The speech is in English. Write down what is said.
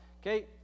okay